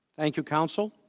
thank you counsel